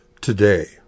today